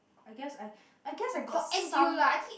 I guess I I guess I got some